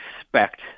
expect